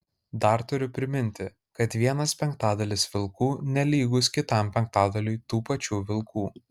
dar turiu priminti kad vienas penktadalis vilkų nelygus kitam penktadaliui tų pačių vilkų